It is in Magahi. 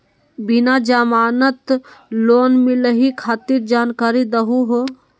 बिना जमानत लोन मिलई खातिर जानकारी दहु हो?